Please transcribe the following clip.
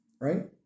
Right